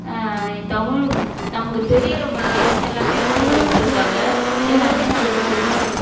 தமிழ் நமக்கு தெரியுறம்படியே எல்லாமே கூகுளில் விட்ருக்காங்க எல்லாமே நமக்கு தெரியுது